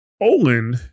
Olin